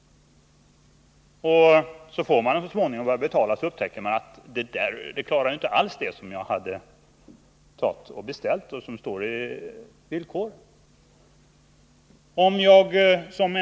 När jag så småningom skall betala upptäcker jag att varan inte klarar de krav jag hade ställt och vad som står i villkoren. Om jag tt.ex.